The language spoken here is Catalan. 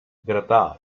gratar